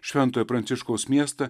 šventojo pranciškaus miestą